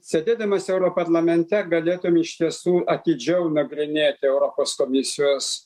sėdėdamas europarlamente galėtum iš tiesų atidžiau nagrinėti europos komisijos